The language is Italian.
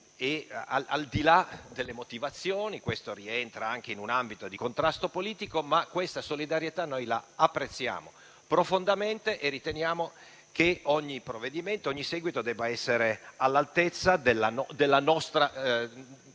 Al di là delle motivazioni, che rientrano anche in un ambito di contrasto politico, ma tale solidarietà noi apprezziamo profondamente e riteniamo che ogni provvedimento, ogni seguito debba essere all'altezza del nostro